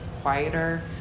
quieter